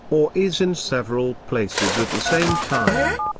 or is in several places at the same time?